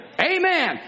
Amen